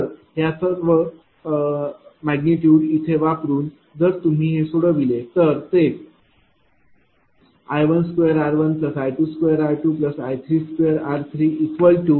तर ह्या सर्व इथे वापरून जर तुम्ही हे सोडविले तर ते I12r1I22r2I32r3 93